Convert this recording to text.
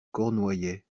cornouaillais